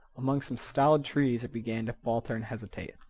among some stolid trees it began to falter and hesitate.